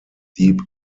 deep